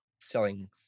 selling